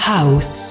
House